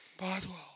Boswell